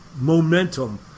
momentum